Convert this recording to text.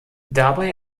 dabei